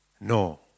No